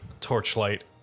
torchlight